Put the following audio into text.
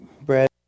bread